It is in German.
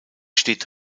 steht